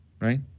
right